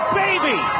baby